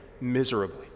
miserably